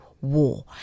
War